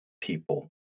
people